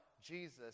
Jesus